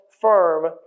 firm